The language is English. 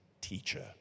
teacher